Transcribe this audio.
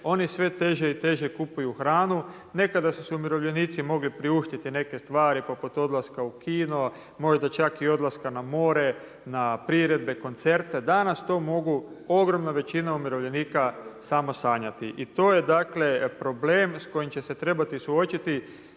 oni sve teže i teže kupuju hranu. Nekada su se umirovljenici mogli priuštiti neke stvari poput odlaska u kino, možda čak i odlaska na more, na priredbe, koncerte, danas to mogu ogromna većina umirovljenika samo sanjati i to je dakle, problem s kojima će se trebati suočiti.